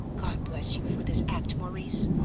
god bless you for this act, maurice,